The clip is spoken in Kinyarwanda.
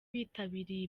bitabiriye